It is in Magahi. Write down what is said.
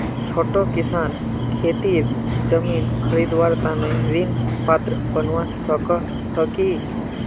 छोटो किसान खेतीर जमीन खरीदवार तने ऋण पात्र बनवा सको हो कि?